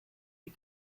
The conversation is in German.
die